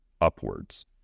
upwards